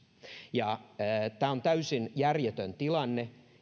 tämä on täysin järjetön tilanne